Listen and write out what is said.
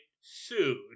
sued